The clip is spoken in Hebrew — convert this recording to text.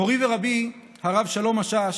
מורי ורבי הרב שלום משאש